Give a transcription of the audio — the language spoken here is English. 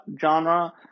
genre